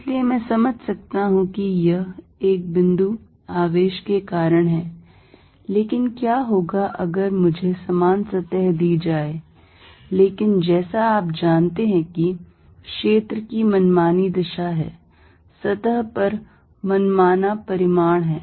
इसलिए मैं समझ सकता हूं कि यह एक बिंदु आवेश के कारण है लेकिन क्या होगा अगर मुझे समान सतह दी जाए लेकिन जैसा आप जानते हैं कि क्षेत्र की मनमानी दिशा है सतह पर मनमाना परिमाण है